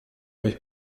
euch